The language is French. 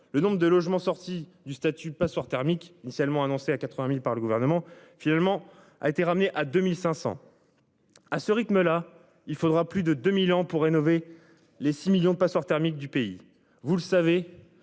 le nombre de logements sortis du statut passoires thermiques initialement annoncé à 80.000 par le gouvernement finalement a été ramenée à 2500. À ce rythme là il faudra plus de 2000 ans pour rénover les 6 millions, pas sûr thermique du pays vous le savez